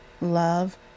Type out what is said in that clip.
love